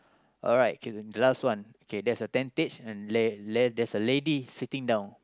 alright okay the last one okay there's a tentage and la~ la~ there's a lady sitting down